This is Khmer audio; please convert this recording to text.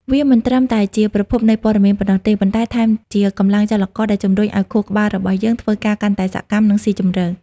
វាមិនត្រឹមតែជាប្រភពនៃព័ត៌មានប៉ុណ្ណោះទេ ប៉ុន្តែថែមជាកម្លាំងចលករដែលជំរុញឱ្យខួរក្បាលរបស់យើងធ្វើការកាន់តែសកម្ម និងស៊ីជម្រៅ។